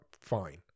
fine